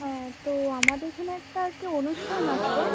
হ্যাঁ তো আমাদের এখানে একটা আর কি অনুষ্ঠান আছে